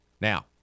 Now